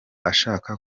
ashaka